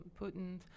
Putin